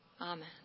Amen